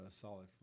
solid –